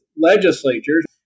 legislatures